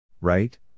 Right